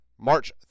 March